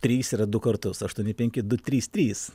trys yra du kartus aštuoni penki du trys trys